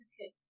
okay